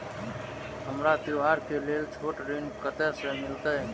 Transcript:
हमरा त्योहार के लेल छोट ऋण कते से मिलते?